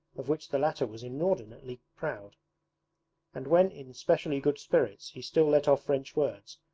of which the latter was inordinately proud and when in specially good spirits he still let off french words,